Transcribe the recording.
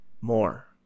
more